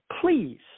please